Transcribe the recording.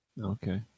Okay